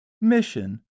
mission